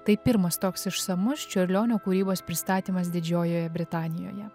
tai pirmas toks išsamus čiurlionio kūrybos pristatymas didžiojoje britanijoje